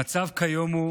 המצב כיום הוא